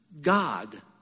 God